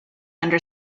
under